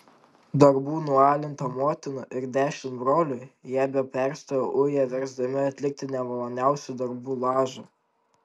darbų nualinta motina ir dešimt brolių ją be perstojo uja versdami atlikti nemaloniausių darbų lažą